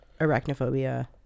arachnophobia